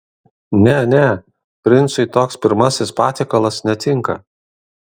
ne ne princui toks pirmasis patiekalas netinka